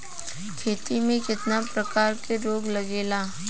खेती में कितना प्रकार के रोग लगेला?